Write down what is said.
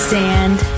sand